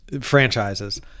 franchises